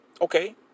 Okay